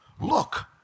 Look